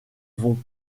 vont